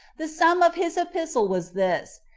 the sum of his epistle was this,